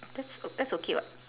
that's o~ that's okay [what]